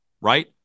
right